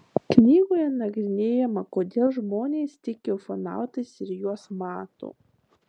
knygoje nagrinėjama kodėl žmonės tiki ufonautais ir juos mato